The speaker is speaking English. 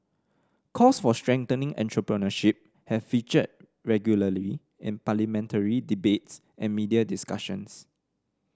calls for strengthening entrepreneurship have featured regularly in parliamentary debates and media discussions